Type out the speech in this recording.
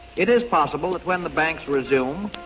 it is possible that when the banks resume,